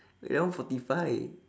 eleven forty five